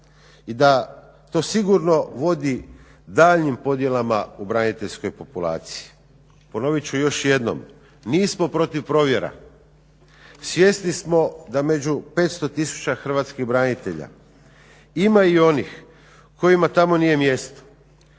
i da to sigurno vodi daljnjim podjelama u braniteljskoj populaciji. Ponovit ću još jednom nismo protiv provjera. Svjesni smo da među 500000 hrvatskih branitelja ima i onih kojima tamo nije mjesto